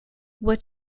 what